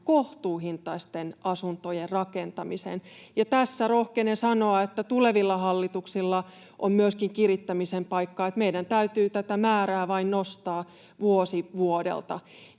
kohtuuhintaisten asuntojen rakentamiseen. Ja rohkenen sanoa, että tulevilla hallituksilla on tässä myöskin kirittämisen paikka: meidän täytyy tätä määrää vain nostaa vuosi vuodelta.